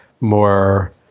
more